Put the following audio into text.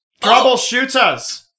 Troubleshooters